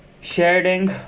sharing